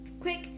Quick